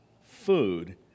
food